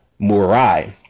Murai